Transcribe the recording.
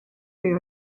beth